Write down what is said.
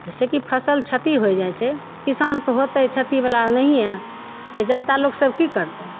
जैसे कि फसल क्षति होइ जाइ छै तऽ किसानके होतय क्षतिवला नहिये तऽ जनता लोग सब की करतय